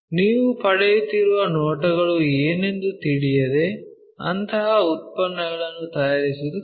ನೀವು ಪಡೆಯುತ್ತಿರುವ ನೋಟಗಳು ಏನೆಂದು ತಿಳಿಯದೆ ಅಂತಹ ಉತ್ಪನ್ನಗಳನ್ನು ತಯಾರಿಸುವುದು ಕಷ್ಟ